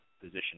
position